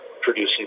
producing